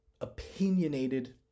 opinionated